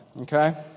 okay